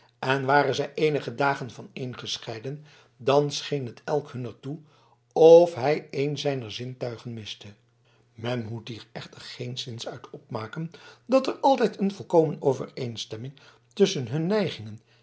en waren zij eenige dagen vaneengescheiden dan scheen het elk hunner toe of hij een zijner zintuigen miste men moet hier echter geenszins uit opmaken dat er altijd een volkomen overeenstemming tusschen hun neigingen